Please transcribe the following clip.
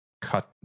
cut